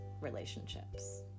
relationships